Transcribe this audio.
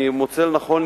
אני מוצא לנכון,